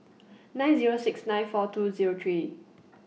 nine Zero six nine four two Zero three